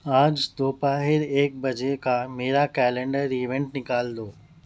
آج دوپہر ایک بجے کا میرا کیلنڈر ایونٹ نکال دو